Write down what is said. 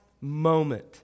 moment